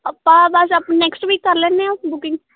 ਆਪਾਂ ਬਸ up next week ਕਰ ਲੈਂਦੇ ਹਾਂ ਬੁਕਿੰਗ